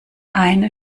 eine